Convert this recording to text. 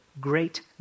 great